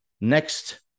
next